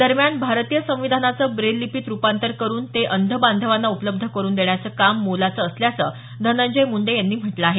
दरम्यान भारतीय संविधानाचं ब्रेल लिपीत रुपांतर करुन ते अंध बांधवांना उपलब्ध करुन देण्याचं काम मोलाचं असल्याचं धनंजय मुंडे यांनी म्हटलं आहे